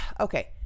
okay